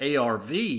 ARV